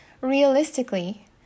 Realistically